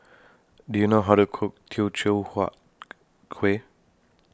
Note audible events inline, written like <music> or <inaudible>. Do YOU know How to Cook Teochew Huat <noise> Kuih